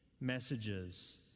messages